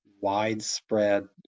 widespread